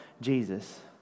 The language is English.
Jesus